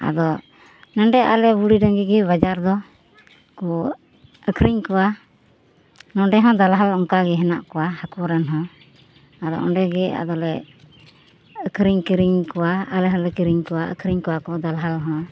ᱟᱫᱚ ᱱᱚᱰᱮ ᱟᱞᱮ ᱵᱩᱲᱤᱰᱟᱺᱜᱤ ᱜᱮ ᱵᱟᱡᱟᱨᱫᱚ ᱠᱚ ᱟᱹᱠᱷᱨᱤᱧ ᱠᱚᱣᱟ ᱱᱚᱰᱮᱦᱚᱸ ᱫᱟᱞᱦᱟᱞ ᱚᱝᱠᱟᱜᱮ ᱦᱮᱱᱟᱜ ᱠᱚᱣᱟ ᱦᱟᱠᱳᱨᱮᱱ ᱦᱚᱸ ᱟᱫᱚ ᱚᱸᱰᱮᱜᱮ ᱟᱫᱚᱞᱮ ᱟᱹᱠᱷᱨᱤᱧ ᱠᱤᱨᱤᱧ ᱠᱚᱣᱟ ᱟᱞᱮᱦᱚᱸ ᱞᱮ ᱠᱤᱨᱤᱧ ᱠᱚᱣᱟ ᱟᱹᱠᱷᱨᱤᱧ ᱠᱚᱣᱟᱠᱚ ᱫᱟᱞᱦᱟᱞ ᱦᱚᱸ